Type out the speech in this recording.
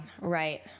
right